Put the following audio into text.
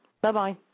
Bye-bye